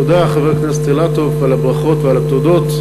תודה, חבר הכנסת אילטוב, על הברכות ועל התודות.